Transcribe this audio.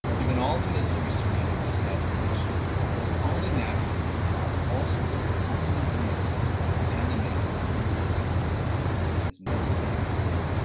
given all the mystery surrounding the assassination, it was only natural to concoct all sorts of ominous motives animating the sinister character and his menacing umbrella.